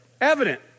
Evident